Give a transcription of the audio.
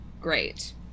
Great